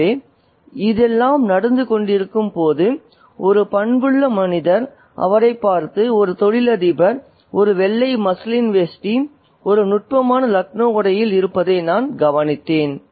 எனவே "இதெல்லாம் நடந்து கொண்டிருக்கும்போது ஒரு பண்புள்ள மனிதர் அவரைப் பார்த்து ஒரு தொழிலதிபர் ஒரு வெள்ளை மஸ்லின் வேஷ்டி ஒரு நுட்பமான லக்னோ உடையில் இருப்பதை நான் கவனித்தேன்